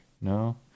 No